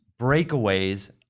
breakaways